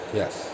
yes